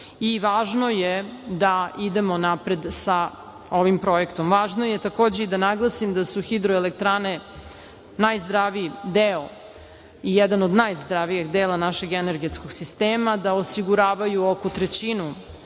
i važno je da idemo napred sa ovim projektom. Važno je takođe i da naglasim da su hidroelektrane jedan od najzdravijeg dela našeg energetskog sistema, da osiguravaju oko trećinu